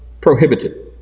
prohibited